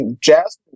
jazz